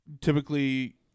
typically